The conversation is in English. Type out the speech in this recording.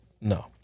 No